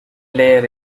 layer